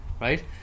right